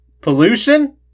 pollution